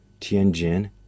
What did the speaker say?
Tianjin